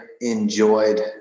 enjoyed